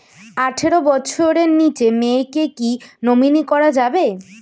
আঠারো বছরের নিচে মেয়েকে কী নমিনি করা যাবে?